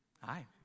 hi